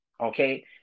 okay